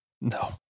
No